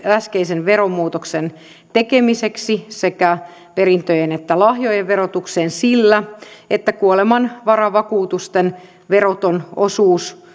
äskeisen veromuutoksen tekemiseksi sekä perintöjen että lahjojen verotukseen sillä että kuolemanvaravakuutusten veroton osuus